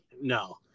No